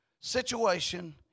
situation